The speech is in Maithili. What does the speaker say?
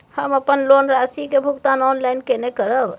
हम अपन लोन राशि के भुगतान ऑनलाइन केने करब?